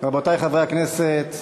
רבותי חברי הכנסת.